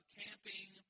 camping